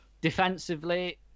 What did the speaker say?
defensively